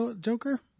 Joker